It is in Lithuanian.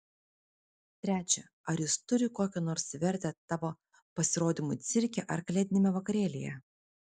trečia ar jis turi kokią nors vertę tavo pasirodymui cirke ar kalėdiniame vakarėlyje